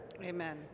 Amen